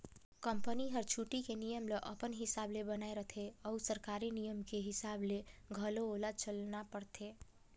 company हर छुट्टी के नियम ल अपन हिसाब ले बनायें रथें अउ सरकारी नियम के हिसाब ले घलो ओला चलना परथे